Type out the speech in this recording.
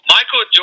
Michael